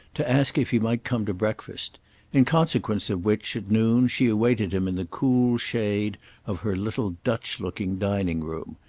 to ask if he might come to breakfast in consequence of which, noon, she awaited him in the cool shade of her little dutch-looking dining-room.